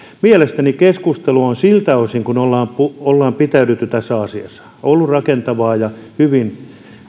mielestäni keskustelu on siltä osin kuin ollaan pitäydytty tässä asiassa ollut rakentavaa ja hyvin